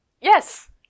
Yes